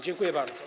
Dziękuję bardzo.